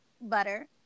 Butter